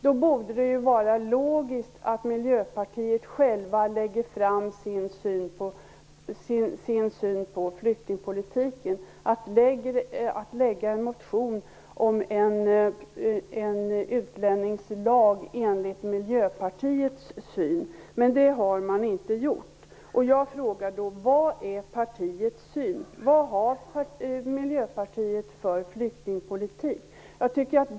Då borde det vara logiskt att Miljöpartiet självt presenterade sin syn på flyktingpolitiken genom att väcka en motion om en utlänningslag enligt Miljöpartiets uppfattning. Det har man dock inte gjort. Vad är Miljöpartiets uppfattning? Vad är Miljöpartiets flyktingpolitik?